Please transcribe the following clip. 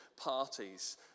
parties